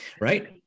right